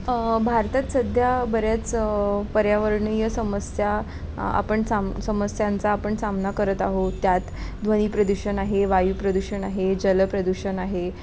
भारतात सध्या बऱ्याच पर्यावरणीय समस्या आपण चाम समस्यांचा आपण सामना करत आहोत त्यात ध्वनी प्रदूषण आहे वायू प्रदूषण आहे जल प्रदूषण आहे